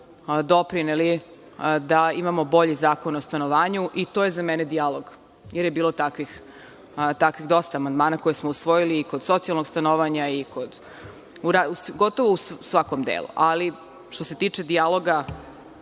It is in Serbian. doprineli da imamo bolji Zakon o stanovanju i to je za mene dijalog, jer je bilo dosta takvih amandmana koje smo usvojili i kod socijalnog stanovanja, gotovo u svakom delu. Što se tiče dijaloga